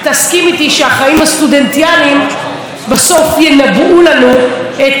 הסטודנטיאליים בסוף ינבאו לנו את מנהיגי העתיד.